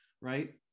right